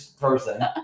person